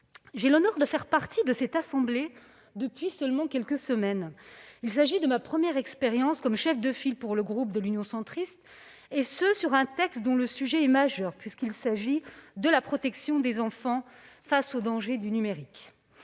J'ai l'honneur de faire partie de cette assemblée depuis seulement quelques semaines. Il s'agit de ma première expérience comme chef de file pour le groupe Union Centriste, et ce sur un texte dont le sujet est majeur, puisqu'il s'agit de la protection des enfants face aux dangers du numérique.